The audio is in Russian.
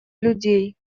людей